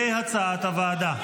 כהצעת הוועדה.